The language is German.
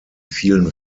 fielen